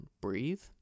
breathe